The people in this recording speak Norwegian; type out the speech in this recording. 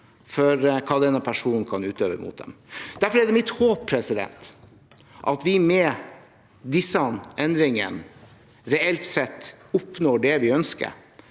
for hva denne personen kan utøve mot en. Derfor er det mitt håp at vi med disse endringene reelt sett oppnår det vi ønsker